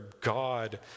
God